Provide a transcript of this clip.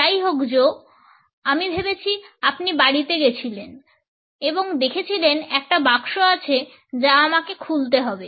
যাই হোক Joe আমি ভেবেছি আপনি বাড়িতে গিয়েছিলেন এবং দেখেছিলেন একটা বাক্স আছে যা আমাকে খুলতে হবে